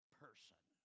person